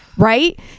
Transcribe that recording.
Right